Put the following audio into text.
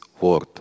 word